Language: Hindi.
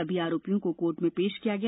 सभी आरोपियों को कोर्ट में पेश किया गया